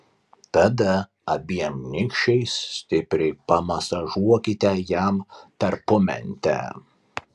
tada abiem nykščiais stipriai pamasažuokite jam tarpumentę